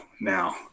now